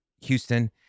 Houston